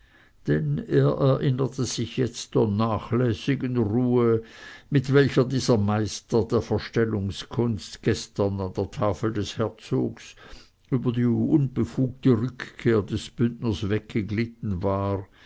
denn er erinnerte sich jetzt der nachlässigen ruhe mit welcher dieser meister der verstellungskunst gestern an der tafel des herzogs über die unbefugte rückkehr des bündners weggeglitten war